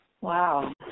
Wow